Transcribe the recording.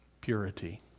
purity